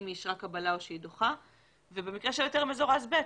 אם היא אישרה קבלה או שהיא דוחה ובמקרה של היתר מזורז ב',